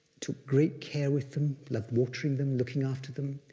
took great care with them, loved watering them, looking after them,